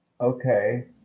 Okay